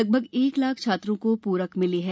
लगभग एक लाख छात्रों को प्रक मिली है